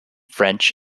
french